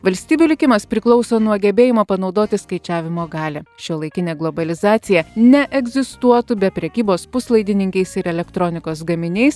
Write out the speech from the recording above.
valstybių likimas priklauso nuo gebėjimo panaudoti skaičiavimo galią šiuolaikinė globalizacija neegzistuotų be prekybos puslaidininkiais ir elektronikos gaminiais